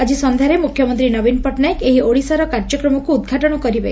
ଆକି ସଂଧାରେ ମୁଖ୍ୟମନ୍ତୀ ନବୀନ ପଟ୍ଟନାୟକ ଏହି ଓଡ଼ିଶାର କାର୍ଯ୍ୟକ୍ରମକୁ ଉଦ୍ଘାଟନ କରିବେ